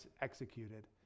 executed